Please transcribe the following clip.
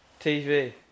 TV